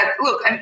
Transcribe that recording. look